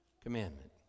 commandment